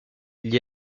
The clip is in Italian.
gli